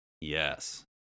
Yes